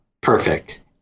Perfect